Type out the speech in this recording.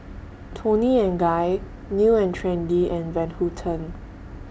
Toni and Guy New and Trendy and Van Houten